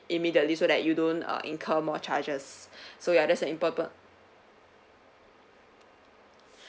immediately so that you don't uh incur more charges so you're just like in proper